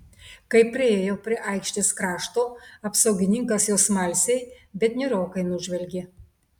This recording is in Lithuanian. kai priėjo prie aikštės krašto apsaugininkas juos smalsiai bet niūrokai nužvelgė